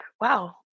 wow